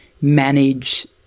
manage